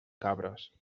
cabres